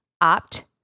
opt